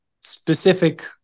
specific